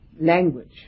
language